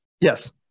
Yes